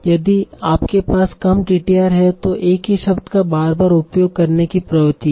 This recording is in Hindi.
यदि आपके पास कम TTR है तो एक ही शब्द का बार बार उपयोग करने की प्रवृत्ति है